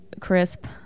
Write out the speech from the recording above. Crisp